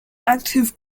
active